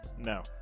no